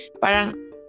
Parang